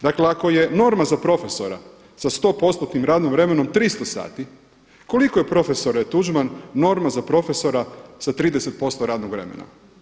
Dakle, ako je norma za profesora sa 100%-tnim radnom vremenom 300 sati, koliko je profesore Tuđman norma za profesora sa 30% radnog vremena?